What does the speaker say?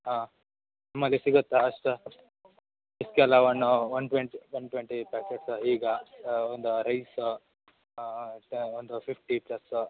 ಹಾಂ ನಿಮ್ಮಲ್ಲಿ ಸಿಗುತ್ತಾ ಅಷ್ಟು ಇಸ್ಕೆ ಅಲಾವನೂ one twenty one twenty packets ಈಗ ಒಂದು ರೈಸು ಶ ಒಂದು ಫಿಫ್ಟಿ ಪ್ಲಸ್ಸು